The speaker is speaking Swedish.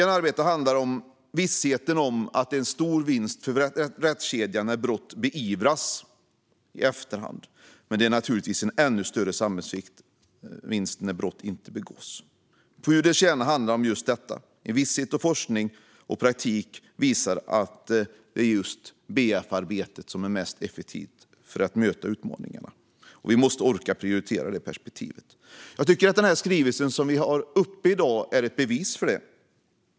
Det är en stor vinst för rättskedjan när ett brott beivras. Men det är givetvis en ännu större samhällsvinst att ett brott inte begås, och det är det brottsförebyggande arbete handlar om. Det är pudelns kärna, och forskning och praktik visar att det är just det brottsförebyggande arbetet som är det mest effektiva för att möta utmaningarna. Därför måste vi orka prioritera detta perspektiv. Jag tycker att den skrivelse vi debatterar i dag är ett bevis på detta.